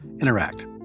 interact